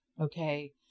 okay